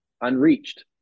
unreached